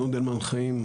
נודלמן חיים,